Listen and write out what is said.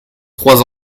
trois